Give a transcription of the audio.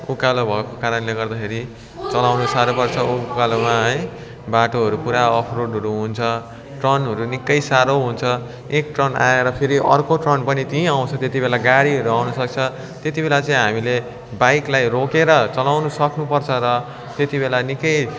उकालो भएको कारणले गर्दाखेरि चाहिँ चलाउनु साह्रो पर्छ उकालोमा है बाटोहरू पुरा अफ रोडहरू हुन्छ टर्नहरू निकै साह्रौ हुन्छ एक टर्न आएर फेरि अर्को टर्न पनि त्यहीँ आउँछ त्यति बेला गाडीहरू आउनु सक्छ त्यति बेला चाहिँ हामीले बाइकलाई रोकेर चलाउनु सक्नु पर्छ र त्यति बेला निकै